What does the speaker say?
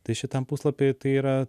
tai šitam puslapy tai yra